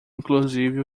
inclusive